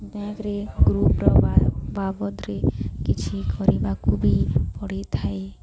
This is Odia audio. ବ୍ୟାଙ୍କରେ ଗ୍ରୁପ୍ର ବା ବାବଦରେ କିଛି କରିବାକୁ ବି ପଡ଼ିଥାଏ